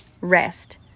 rest